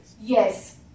Yes